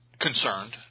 concerned